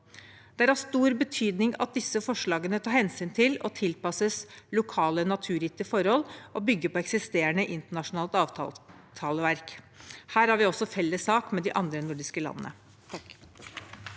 Det er av stor betydning at disse forslagene tar hensyn til og tilpasses lokale naturgitte forhold og bygger på eksisterende internasjonalt avtaleverk. Her har vi felles sak med de andre nordiske landene.